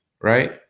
right